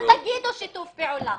אל תגידו שיתוף פעולה.